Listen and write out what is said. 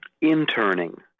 interning